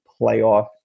playoff